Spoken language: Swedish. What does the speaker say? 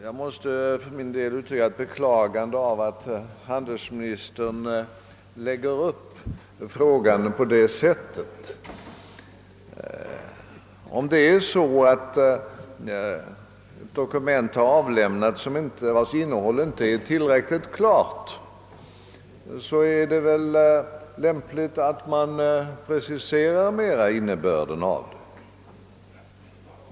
Jag måste för min del uttrycka ett beklagande av att handelsministern lägger upp saken på det sättet. Om det är så att dokument avlämnas, vilkas innehåll inte är tillräckligt klart, är det väl lämpligt att precisera innebörden av dem.